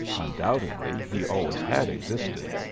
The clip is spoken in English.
undoubtedly he always had existed,